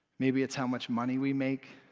maybe it's how much money we make,